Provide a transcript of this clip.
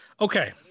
Okay